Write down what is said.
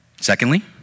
Secondly